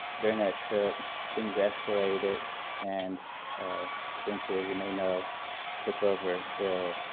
during that trip things escalated and ah eventually as you may know took over the